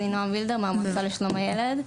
אני נעם וילדר, מהמועצה לשלום הילד.